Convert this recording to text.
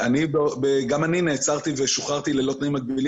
גם אני נעצרתי ושוחררתי ללא תנאים מגבילים